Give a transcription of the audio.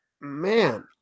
Man